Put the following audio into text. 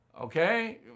Okay